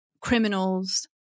criminals